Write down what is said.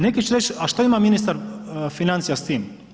Neki će reći, a šta ima ministar financija s tim?